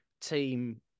team